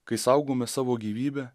kai saugome savo gyvybę